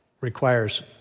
requires